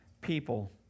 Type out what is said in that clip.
people